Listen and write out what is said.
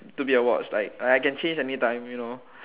to be a watch like I can change anytime you know